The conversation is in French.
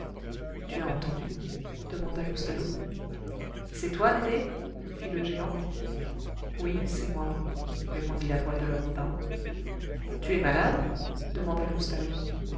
tu as entendu demanda loustalot c'est toi dédé fit le géant oui c'est moi répondit la voix de l'homme aux barreaux tu es malade demanda